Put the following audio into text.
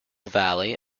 valley